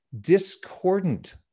Discordant